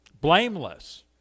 blameless